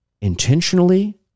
intentionally